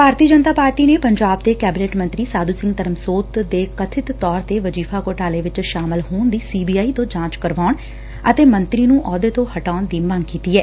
ਭਾਰਤੀ Janata party ਨੇ ਪੰਜਾਬ ਦੇ cabinet ਮੰਤਰੀ ਸਾਧੂ ਸਿੰਘ ਧਰਮਸੋਤ ਦੇ ਕਬਿਤ ਤੌਰ ਤੇ ਵਜ਼ੀਫ਼ਾ ਘੁਟਾਲੇ ਵਿਚ ਸ਼ਾਮਲ ਹੋਣ ਦੀ ਸੀ ਬੀ ਆਈ ਤੋ ਜਾਚ ਕਰਾਉਣ ਅਤੇ ਮੰਤਰੀ ਨੂੰ ਅਹੁੱਦੇ ਤੋ ਹਟਾਉਣ ਦੀ ਮੰਗ ਕੀਡੀ ਐ